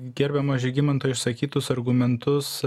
gerbiamo žygimanto išsakytus argumentus